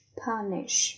punish